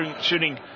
shooting